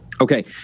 Okay